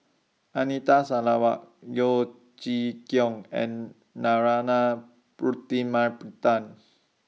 Anita Sarawak Yeo Chee Kiong and Narana